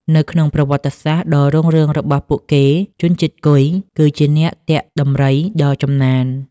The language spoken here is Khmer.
នៅក្នុងប្រវត្តិសាស្ត្រដ៏រុងរឿងរបស់ពួកគេ ជនជាតិគុយគឺជាអ្នកទាក់ដំរីដ៏ចំណាន។